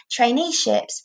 traineeships